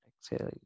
Exhale